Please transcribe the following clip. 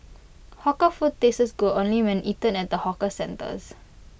hawker food tastes good only when eaten at the hawker centres